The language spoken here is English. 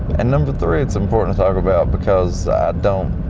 and number three, it's important to ta lk about because i don't